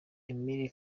emile